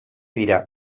dira